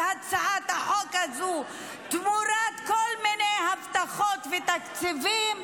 הצעת החוק הזו תמורת כל מיני הבטחה ותקציבים